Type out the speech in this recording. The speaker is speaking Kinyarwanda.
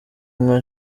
nka